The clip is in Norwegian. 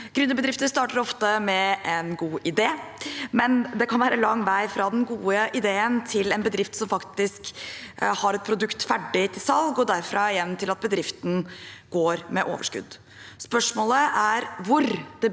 Gründerbedrifter starter ofte med en god idé, men det kan være lang vei fra den gode ideen til en bedrift som faktisk har et produkt ferdig til salgs, og derfra igjen til at bedriften går med overskudd. Spørsmålet er hvor det butter